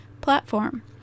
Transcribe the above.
platform